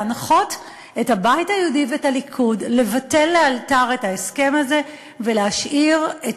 להנחות את הבית היהודי ואת הליכוד לבטל לאלתר את ההסכם הזה ולהשאיר את